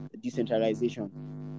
decentralization